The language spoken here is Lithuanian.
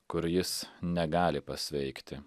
kur jis negali pasveikti